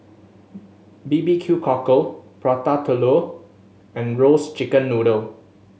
B B Q Cockle Prata Telur and roast chicken noodle